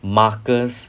markers